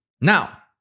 Now